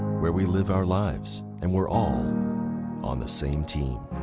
where we live our lives, and we're all on the same team.